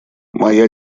моя